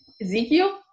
Ezekiel